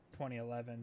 2011